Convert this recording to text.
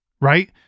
right